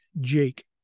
Jake